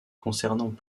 concernant